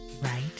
right